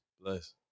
Bless